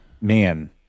man